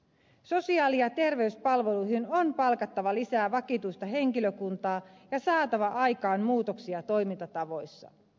sosiaali ja terveyspalveluihin on palkattava lisää vakituista henkilökuntaa ja saatava aikaan muutoksia toimintatavoissa